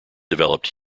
developed